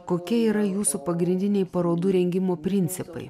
kokie yra jūsų pagrindiniai parodų rengimo principai